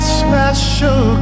special